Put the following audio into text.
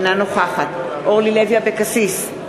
אינה נוכחת אורלי לוי אבקסיס,